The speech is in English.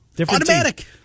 Automatic